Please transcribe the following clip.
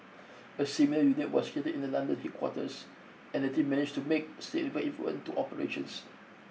a similar unit was created in the London headquarters and the team managed to make improvement to operations